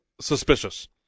suspicious